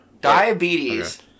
Diabetes